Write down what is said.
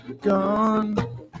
gone